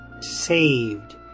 saved